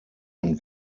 und